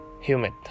humid